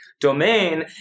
domain